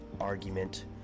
argument